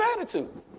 attitude